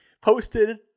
posted